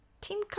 Team